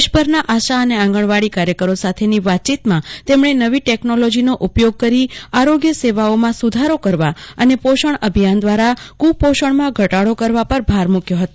દેશભરના આશા અને આંગણવાડી કાર્યકરો સાથેની વાતચીતમાં તેમણે નવી ટેકનોલોજીનો ઉપયોગ કરી આરોગ્ય સેવાઓમાં સુધારો કરવા અને પોષણ અભિયાન દ્વારા કુપોષણમાં ઘટાડો કરવા પર ભાર મૂક્યો હતો